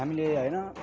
हामीले होइन